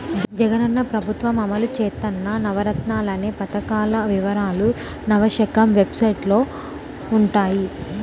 జగనన్న ప్రభుత్వం అమలు చేత్తన్న నవరత్నాలనే పథకాల వివరాలు నవశకం వెబ్సైట్లో వుంటయ్యి